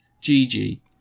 Gigi